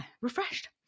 refreshed